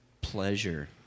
pleasure